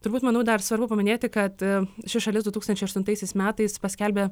turbūt manau dar svarbu paminėti kad ši šalis du tūkstančiai aštuntaisiais metais paskelbė